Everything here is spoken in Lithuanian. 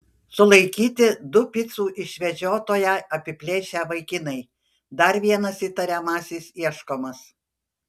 sulaikyti du picų išvežiotoją apiplėšę vaikinai dar vienas įtariamasis ieškomas